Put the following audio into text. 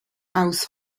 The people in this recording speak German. aus